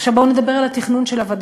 עכשיו, בואו נדבר על התכנון של הווד"לים.